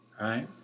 Right